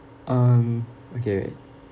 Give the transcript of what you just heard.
um okay